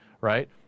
right